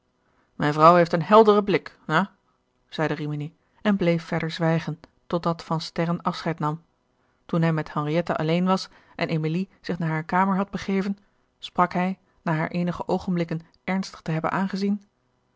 mijne vrouw heeft een helderen blik ja zeide gerard keller het testament van mevrouw de tonnette rimini en bleef verder zwijgen totdat van sterren afscheid nam toen hij met henriette alleen was en emilie zich naar hare kamer had begeven sprak hij na haar eenige oogenblikken ernstig te hebben aangezien